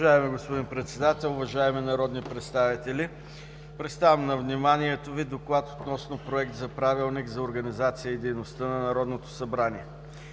Уважаеми господин Председател, уважаеми народни представители! Представям на вниманието Ви доклад относно Проект за Правилник за организацията и дейността на Народното събрание.